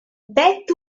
vet